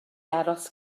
aros